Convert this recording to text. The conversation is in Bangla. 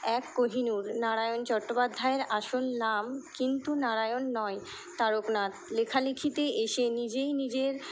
এক কহিনূুর নারায়ণ চট্টোপাধ্যায়ের আসল নাম কিন্তু নারায়ণ নয় তারকনাথ লেখালেখিতে এসে নিজেই নিজের